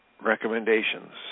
recommendations